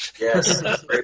Yes